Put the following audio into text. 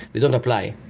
they don't apply.